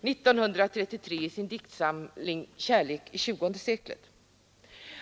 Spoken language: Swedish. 1933 i sin diktsamling Kärlek i tjugonde seklet.